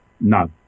No